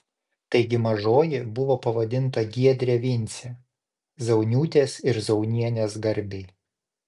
taigi mažoji buvo pavadinta giedre vince zauniūtės ir zaunienės garbei